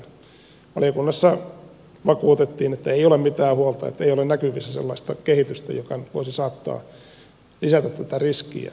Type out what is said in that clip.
valiokunnassa vakuutettiin että ei ole mitään huolta että ei ole näkyvissä sellaista kehitystä joka nyt voisi lisätä tätä riskiä